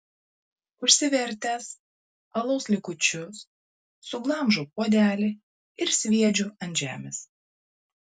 užsivertęs alaus likučius suglamžau puodelį ir sviedžiu ant žemės